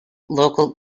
local